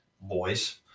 boys